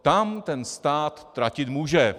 Tam ten stát tratit může.